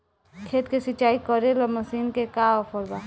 खेत के सिंचाई करेला मशीन के का ऑफर बा?